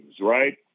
right